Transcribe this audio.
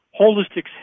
holistic